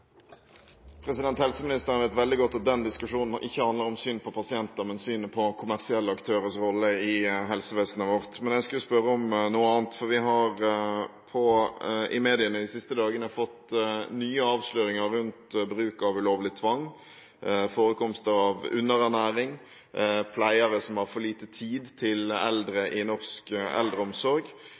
Helseministeren vet veldig godt at den diskusjonen ikke handler om synet på pasienter, men om synet på kommersielle aktørers rolle i helsevesenet vårt. Men jeg skulle spørre om noe annet, for vi har i media de siste dagene fått nye avsløringer rundt bruk av ulovlig tvang, forekomst av underernæring og pleiere som har for lite tid til eldre i norsk eldreomsorg.